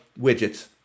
widgets